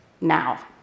now